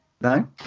no